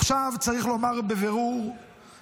עכשיו, צריך לומר בבירור ובכנות,